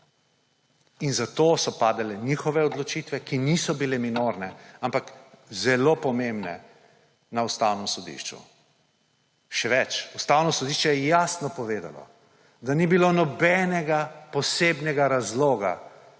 In zato so padale njihove odločitve, ki niso bile minorne, ampak zelo pomembne, na Ustavnem sodišču. Še več, Ustavno sodišče je jasno povedalo, da ni bilo nobenega posebnega razloga